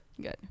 Good